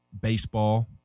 baseball